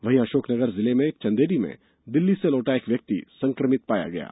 वहीं अशोकनगर जिले के चंदेरी में दिल्ली से लौटा एक व्यक्ति संक्रमित पाया गया है